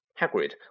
Hagrid